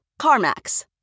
CarMax